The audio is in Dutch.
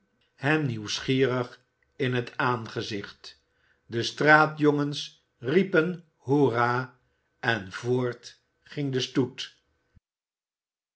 hem nieuwsgierig in het aangezicht de straatjongens riepen hoerah en voort ging de stoet